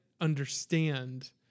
understand